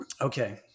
Okay